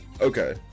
Okay